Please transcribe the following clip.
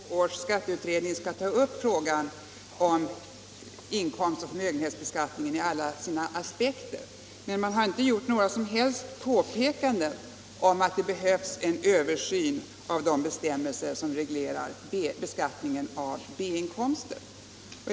Herr talman! Det är riktigt att 1972 års skatteutredning skall ta upp frågan om inkomstoch förmögenhetsbeskattningen i alla dess aspekter. Men i direktiven finns inga påpekanden om att det behövs en översyn av de bestämmelser som reglerar beskattningen av B-inkomster.